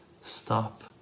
stop